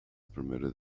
permitted